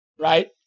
Right